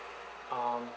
um